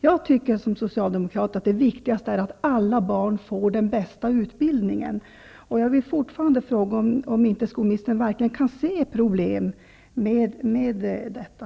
Jag tycker såsom socialdemokrat att det viktigaste är att alla barn får den bästa utbildningen. Jag vill än en gång fråga om inte skolministern verkligen ser några problem med detta.